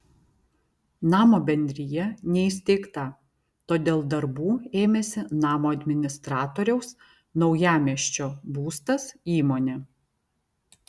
namo bendrija neįsteigta todėl darbų ėmėsi namo administratoriaus naujamiesčio būstas įmonė